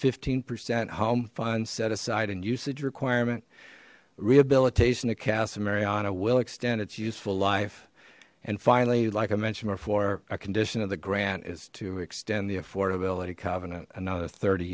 fifteen percent home funds set aside and usage requirement rehabilitation of casa mariana will extend its useful life and finally like i mentioned before a condition of the grant is to extend the affordability covenant another thirty